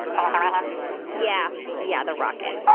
um ah yeah. yeah, the rocket.